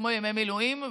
כמו ימי מילואים.